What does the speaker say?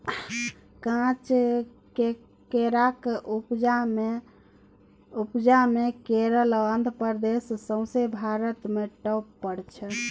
काँच केराक उपजा मे केरल आ आंध्र प्रदेश सौंसे भारत मे टाँप पर छै